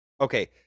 okay